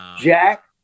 Jack